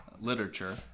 literature